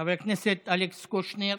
חבר הכנסת אלכס קושניר,